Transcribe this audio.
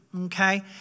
okay